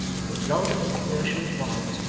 the result of his exertions was,